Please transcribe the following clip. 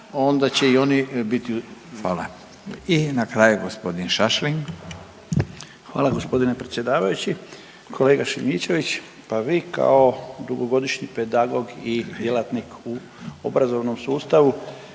Hvala. I na kraju, g. Šašlin. **Šašlin, Stipan (HDZ)** Hvala g. predsjedavajući. Kolega Šimičević. Pa vi kao dugogodišnji pedagog i djelatnik u obrazovnom sustavu,